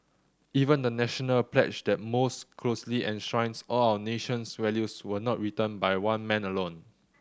even the National pledge that most closely enshrines all our nation's values was not written by one man alone